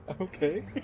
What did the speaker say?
Okay